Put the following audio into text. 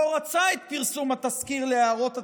לא רצה את פרסום התסקיר להערות הציבור,